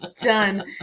Done